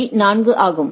பீ 4 ஆகும்